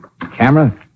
camera